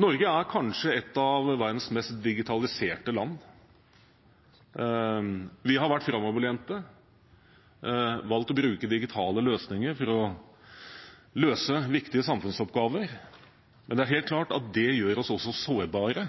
Norge er kanskje et av verdens mest digitaliserte land. Vi har vært framoverlente og valgt å bruke digitale løsninger for å løse viktige samfunnsoppgaver, men det er helt klart at det også gjør oss sårbare.